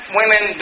women